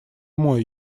мой